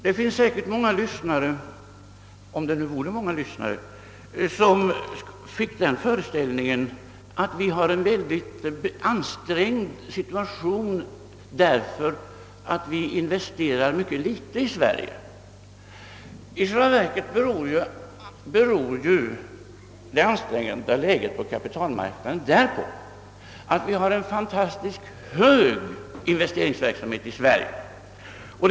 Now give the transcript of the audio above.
Det var säkert många lyssnare — om det nu fanns många lyssnare här — som fick den föreställningen att vi befinner oss i en ytterligt ansträngd situation, eftersom vi investerar mycket litet i Sverige. I själva verket beror ju det ansträngda läget på kapitalmarknaden därpå, att investeringsverksamheten i Sverige är fantastiskt hög.